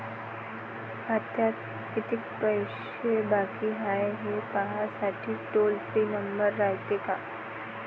खात्यात कितीक पैसे बाकी हाय, हे पाहासाठी टोल फ्री नंबर रायते का?